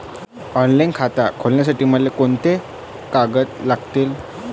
Online खातं खोलासाठी मले कोंते कागद लागतील?